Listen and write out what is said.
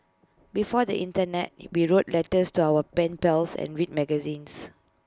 before the Internet we wrote letters to our pen pals and read magazines